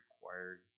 required